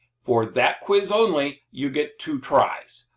for that quiz only, you get two tries.